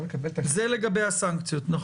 זה לגבי הסנקציות.